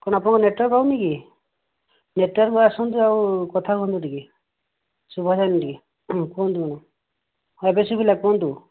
କ'ଣ ଆପଣଙ୍କ ନେଟୱାର୍କ୍ ପାଉନିକି ନେଟୱାର୍କ୍ କୁ ଆସନ୍ତୁ ଆଉ କଥା ହୁଅନ୍ତୁ ଟିକେ ଶୁଭା ଯାଉନି ଟିକେ ହୁଁ କୁହନ୍ତୁ ମ୍ୟାଡ଼ାମ୍ ଏବେ ଶୁଭିଲା କୁହନ୍ତୁ